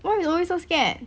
why you always so scared